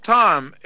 time